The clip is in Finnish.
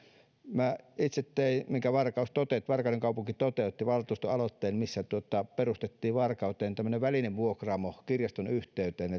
minä itse tein valtuustoaloitteen minkä varkauden kaupunki toteutti ja missä perustettiin varkauteen välinevuokraamo kirjaston yhteyteen